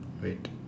wait